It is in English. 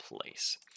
place